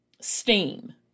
steam